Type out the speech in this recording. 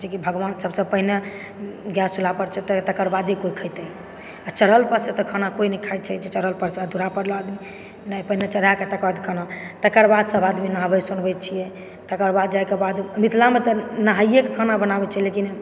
जेकि भगवान सबसँ पहिने गैस चुल्हा पर चढ़तै तकर बादे कोई खयतै आ चढ़ल पर से तऽ खाना कोई नहि खाइ छै जे चढ़ल पर सऽ लऽ गेल आदमी नहि पहिने चढ़ा कऽ तकर बाद खाना तकर बाद सब आदमी नहाबै सोनाबै छियै तकर बाद जाए के बाद मिथिलामे तऽ नहायैके खाना बनाबै छै लेकिन